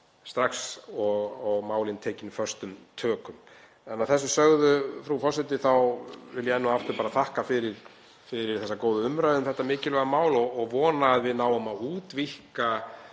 inn í og málin tekin föstum tökum. Að þessu sögðu, frú forseti, vil ég enn og aftur þakka fyrir þessa góðu umræðu um þetta mikilvæga mál. Ég vona að við náum að útvíkka